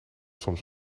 soms